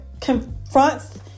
confronts